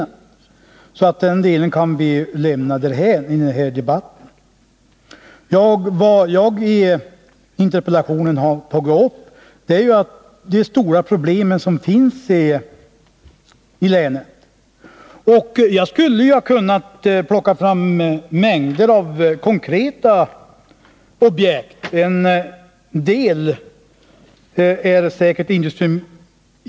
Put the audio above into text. Så den delen skulle vi kunna lämna därhän i den här debatten. I interpellationen har jag ju tagit upp de stora problemen i länet. Jag hade kunnat nämna en mängd konkreta saker.